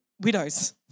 widows